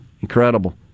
Incredible